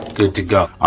good to go.